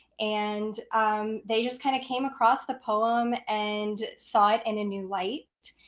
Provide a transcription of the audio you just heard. and um they just kind of came across the poem and saw it in a new light.